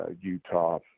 utah